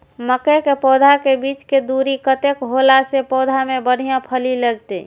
मके के पौधा के बीच के दूरी कतेक होला से पौधा में बढ़िया फली लगते?